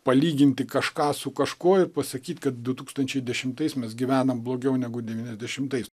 palyginti kažką su kažkuo ir pasakyti kad du tūkstančiai dešimtais mes gyvenom blogiau negu devyniasdešimtais